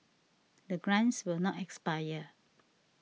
the grants will not expire